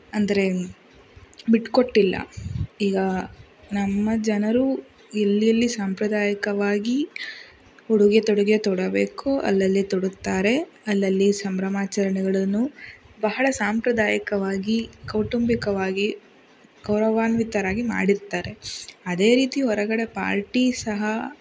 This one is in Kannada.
ಅಂದರೆ ಬಿಟ್ಕೊಟ್ಟಿಲ್ಲ ಈಗ ನಮ್ಮ ಜನರು ಎಲ್ಲೆಲ್ಲಿ ಸಾಂಪ್ರದಾಯಿಕವಾಗಿ ಉಡುಗೆತೊಡುಗೆ ತೊಡಬೇಕೊ ಅಲ್ಲಲ್ಲಿ ತೊಡುತ್ತಾರೆ ಅಲ್ಲಲ್ಲಿ ಸಂಭ್ರಮಾಚರಣೆಗಳನ್ನು ಬಹಳ ಸಾಂಪ್ರದಾಯಿಕವಾಗಿ ಕೌಟುಂಬಿಕವಾಗಿ ಗೌರವಾನ್ವಿತರಾಗಿ ಮಾಡಿರ್ತಾರೆ ಅದೇ ರೀತಿ ಹೊರಗಡೆ ಪಾರ್ಟಿ ಸಹ